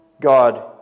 God